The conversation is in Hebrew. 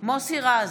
מוסי רז,